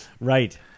Right